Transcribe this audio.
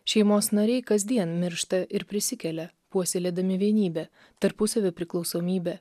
šeimos nariai kasdien miršta ir prisikelia puoselėdami vienybę tarpusavio priklausomybę